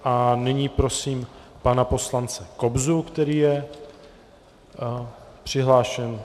A nyní prosím pana poslance Kobzu, který je přihlášen.